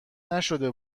نشده